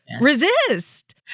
resist